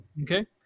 Okay